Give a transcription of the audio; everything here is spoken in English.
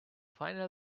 final